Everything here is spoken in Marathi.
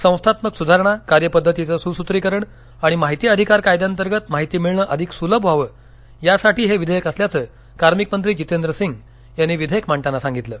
संस्थात्मक सुधारणा कार्यपद्धतीचं सुसूत्रीकरण आणि माहिती अधिकार कायद्यांतर्गत माहिती मिळणं अधिक सुलभ व्हावं यासाठी हे विधेयक असल्याचं कार्मिक मंत्री जितेंद्रसिंग यांनी विधेयक मांडताना सांगितलं